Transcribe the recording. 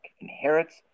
inherits